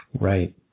right